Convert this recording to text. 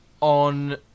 on